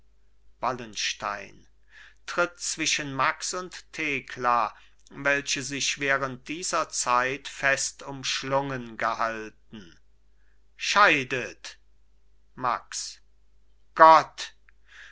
wallenstein tritt zwischen max und thekla welche sich während dieser zeit festumschlungen gehalten scheidet max gott